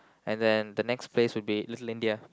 and then the next place would be Little-India